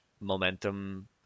momentum